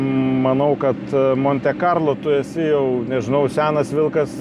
manau kad monte karlo tu esi jau nežinau senas vilkas